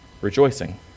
rejoicing